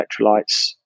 electrolytes